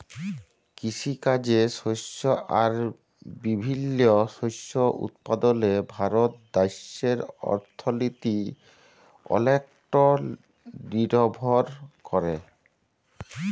কিসিকাজে শস্য আর বিভিল্ল্য শস্য উৎপাদলে ভারত দ্যাশের অথ্থলিতি অলেকট লিরভর ক্যরে